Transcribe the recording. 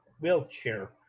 wheelchair